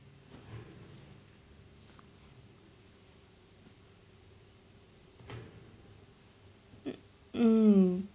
mm